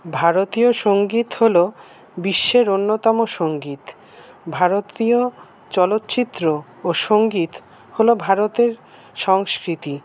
ভারতীয় সংগীত হল বিশ্বের অন্যতম সংগীত ভারতীয় চলচ্চিত্র ও সংগীত হল ভারতের সংস্কৃতি